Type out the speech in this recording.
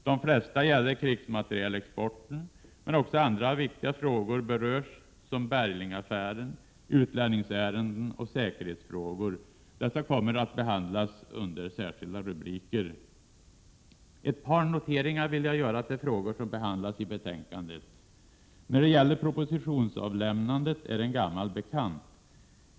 De flesta gäller krigsmaterielexporten, men också andra viktiga frågor berörs, såsom Berglingaffären, utlänningsärenden och säkerhetsfrågor. Dessa kommer att behandlas under särskilda rubriker. Ett par noteringar vill jag göra till frågor som behandlas i betänkandet. När det gäller propositionsavlämnandet är det en gammal bekant.